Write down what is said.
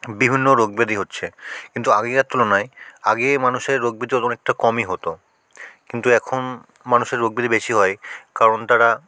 বিভিন্ন রোগ ব্যাধি হচ্ছে কিন্তু আগেকার তুলনায় আগে মানুষের রোগ ব্যাধি অনেকটা কমই হতো কিন্তু এখন মানুষের রোগ ব্যাধি বেশি হয় কারণ তারা